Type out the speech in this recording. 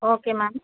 okay ma'am